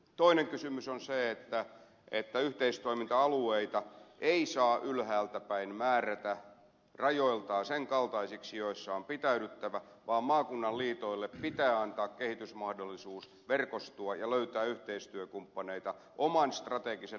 toinen kysymys on se että yhteistoiminta alueita ei saa ylhäältäpäin määrätä rajoiltaan sen kaltaisiksi että niissä on pitäydyttävä vaan maakunnan liitoille pitää antaa kehitysmahdollisuus mahdollisuus verkostua ja löytää yhteistyökumppaneita oman strategisen näkemyksensä mukaan